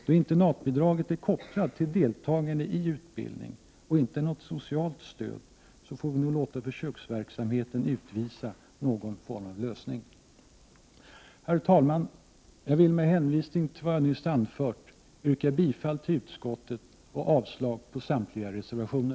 Då internatbidraget är kopplat till deltagande i utbildning och inte är något socialt stöd får vi låta försöksverksamheten ange någon form av lösning. Herr talman! Jag vill med hänvisning till vad jag nyss anfört yrka bifall till utskottets hemställan och avslag på samtliga reservationer.